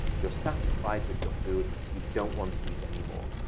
you're satisfied with your food. you don't want to eat anymore.